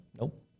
Nope